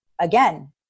again